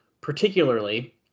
particularly